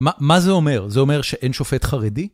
מה זה אומר? זה אומר שאין שופט חרדי?